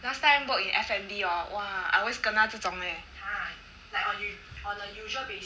last time work in F&B hor !wah! I always kena 这种人